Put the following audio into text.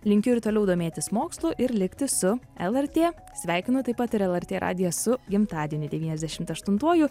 linkiu ir toliau domėtis mokslu ir likti su lrt sveikinu taip pat ir lrt radiją su gimtadieniu devyniasdešimt aštuntuoju